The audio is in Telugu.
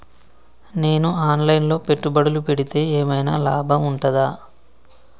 నేను ఆన్ లైన్ లో పెట్టుబడులు పెడితే ఏమైనా లాభం ఉంటదా?